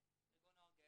ארגון נוער גאה.